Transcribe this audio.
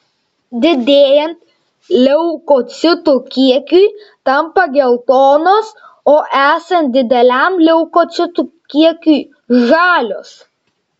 didėjant leukocitų kiekiui tampa geltonos o esant dideliam leukocitų kiekiui žalios